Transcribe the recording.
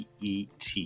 PET